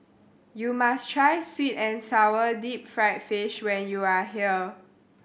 you must try sweet and sour deep fried fish when you are here